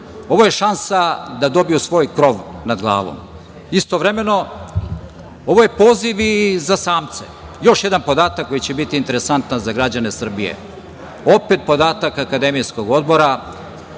Ovo je šansa da dobiju svoj krov nad glavom. Istovremeno, ovo je poziv i za samce. Još jedan podatak koji će biti interesantan za građane Srbije. Opet podatak Akademijskog odbora